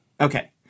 Okay